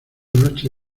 noche